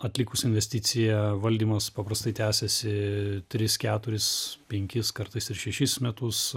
atlikus investiciją valdymas paprastai tęsiasi tris keturis penkis kartais ir šešis metus